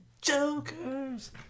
Jokers